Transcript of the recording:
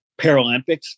paralympics